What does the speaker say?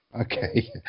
Okay